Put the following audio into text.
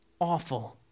awful